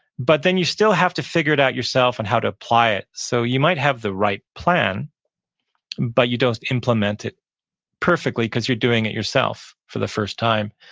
but then you still have to figure it out yourself on how to apply it. so you might have the right plan but you don't implement it perfectly because you're doing it yourself for the first time,